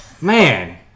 man